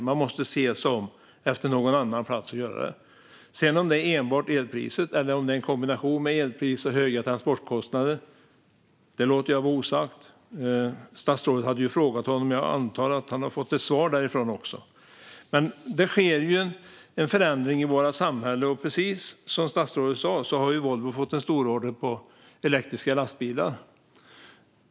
Man måste se sig om efter någon annan plats att göra det. Om det sedan enbart är elpriset eller en kombination av elpris och höga transportkostnader låter jag vara osagt. Statsrådet hade frågat honom. Jag antar att han också har fått ett svar från honom. Det sker en förändring i vårt samhälle. Precis som statsrådet sa har Volvo fått en stororder på elektriska lastbilar.